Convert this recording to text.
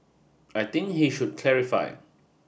I think he should clarify